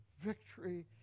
victory